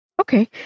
Okay